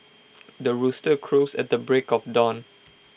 the rooster crows at the break of dawn